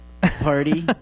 party